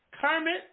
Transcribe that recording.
Kermit